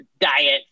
diet